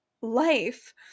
life